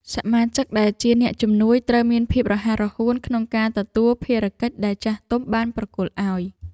សមាជិកដែលជាអ្នកជំនួយត្រូវមានភាពរហ័សរហួនក្នុងការទទួលភារកិច្ចដែលចាស់ទុំបានប្រគល់ឱ្យ។